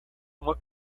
uma